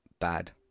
bad